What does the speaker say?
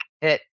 Hit